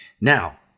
Now